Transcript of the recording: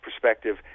perspective